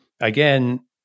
again